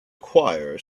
choir